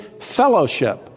fellowship